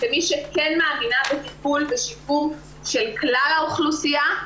כמי שכן מאמינה בטיפול ושיקום של כלל האוכלוסייה,